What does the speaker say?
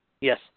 Yes